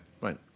right